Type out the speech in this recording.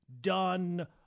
done